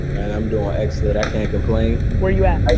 and i'm doing excellent, i can't complain. where are you at?